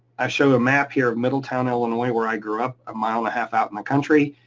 i show a map here of middletown illinois where i grew up a mile and a half out in the country,